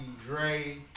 Dre